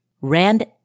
Rand